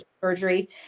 surgery